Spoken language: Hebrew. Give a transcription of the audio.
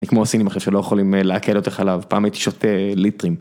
אני כמו הסינים עכשיו שלא יכולים לעכל יותר חלב, פעמים הייתי שותה ליטרים.